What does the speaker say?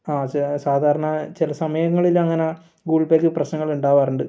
ആ സ സാധാരണ ചില സമയങ്ങളിലങ്ങനെ ഗൂഗിൾ പേക്ക് പ്രശ്നങ്ങൾ ഉണ്ടാവാറുണ്ട്